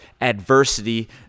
adversity